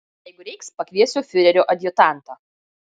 jeigu reiks pakviesiu fiurerio adjutantą